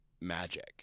magic